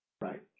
Right